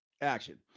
action